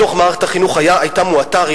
בתוך מערכת החינוך היתה מועטה,